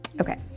Okay